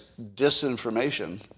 disinformation